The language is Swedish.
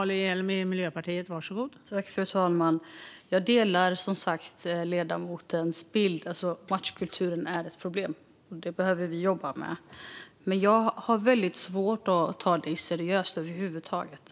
Fru talman! Jag delar som sagt ledamotens bild att machokulturen är ett problem. Detta behöver vi jobba med. Men jag har väldigt svårt att ta dig seriöst över huvud taget.